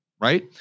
right